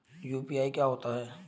UPI क्या होता है?